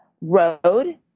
road